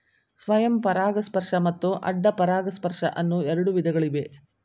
ಸ್ವಯಂ ಪರಾಗಸ್ಪರ್ಶ ಮತ್ತು ಅಡ್ಡ ಪರಾಗಸ್ಪರ್ಶ ಅನ್ನೂ ಎರಡು ವಿಧಗಳಿವೆ